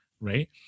right